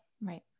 Right